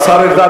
השר ארדן,